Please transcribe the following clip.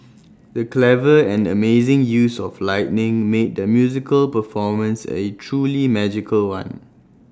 the clever and amazing use of lighting made the musical performance A truly magical one